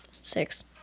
Six